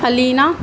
علینا